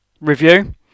review